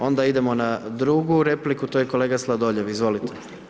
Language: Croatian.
Onda idemo na drugu repliku, to je kolega Sladoljev, izvolite.